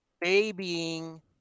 babying